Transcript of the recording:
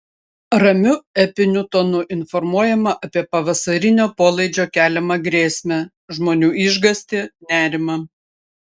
ramiu epiniu tonu informuojama apie pavasarinio polaidžio keliamą grėsmę žmonių išgąstį nerimą